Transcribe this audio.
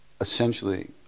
essentially